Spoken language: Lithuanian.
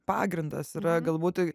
pagrindas yra galbūt tai